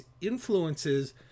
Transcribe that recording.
influences